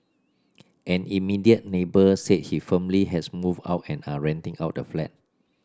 an immediate neighbour said he family has moved out and are renting out the flat